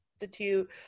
Institute